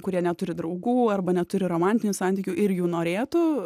kurie neturi draugų arba neturi romantinių santykių ir jų norėtų